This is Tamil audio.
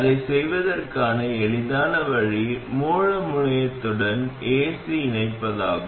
அதைச் செய்வதற்கான எளிதான வழி மூல முனையத்துடன் ஏசி இணைப்பதாகும்